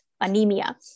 anemia